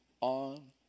on